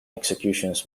executions